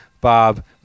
Bob